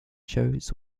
shows